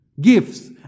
Gifts